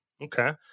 Okay